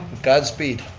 godspeed.